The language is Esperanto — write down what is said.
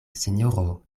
sinjoro